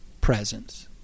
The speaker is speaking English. presence